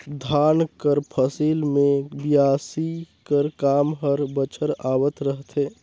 धान कर फसिल मे बियासी कर काम हर बछर आवत रहथे